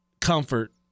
comfort